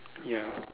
ya